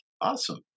Awesome